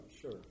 sure